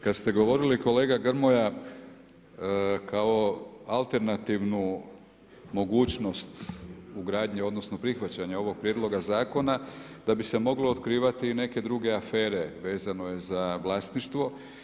Kad ste govorili, kolega Grmoja, kao alternativnu mogućnost ugradnje odnosno prihvaćanja ovog Prijedloga zakona da bi se moglo otkrivati i neke druge afere vezano za vlasništvo.